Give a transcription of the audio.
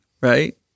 Right